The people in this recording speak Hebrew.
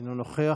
אינו נוכח,